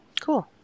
Cool